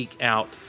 out